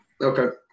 Okay